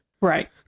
Right